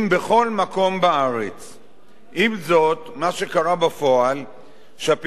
עם זאת, מה שקרה בפועל הוא שהפתרון הזה אינו מספק